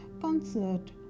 concert